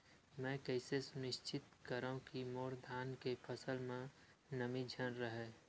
मैं कइसे सुनिश्चित करव कि मोर धान के फसल म नमी झन रहे?